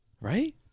Right